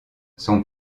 son